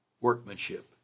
workmanship